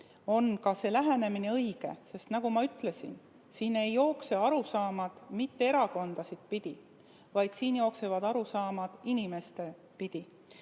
on see lähenemine õige, sest nagu ma ütlesin, siin ei jookse arusaamad mitte erakondi pidi, vaid siin jooksevad arusaamad inimesi pidi.